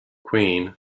queen